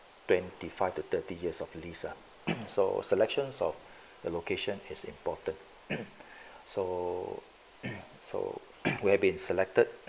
twenty five to thirty years of lease ah so selections of the location is important so so we have been selected